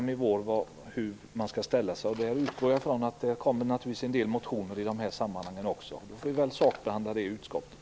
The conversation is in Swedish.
Då får vi se hur vi skall ställa oss. Jag utgår från att det kommer en del motioner i det här sammanhanget. Vi får sakbehandla detta i utskottet.